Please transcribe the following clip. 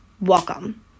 Welcome